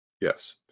yes